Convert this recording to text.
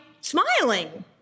smiling